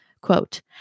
Quote